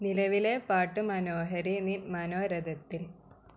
നിലവിലെ പാട്ട് മനോഹരി നി മനോരഥത്തില്